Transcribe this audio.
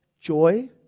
joy